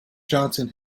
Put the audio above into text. johnson